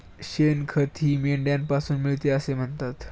शेणखतही मेंढ्यांपासून मिळते असे म्हणतात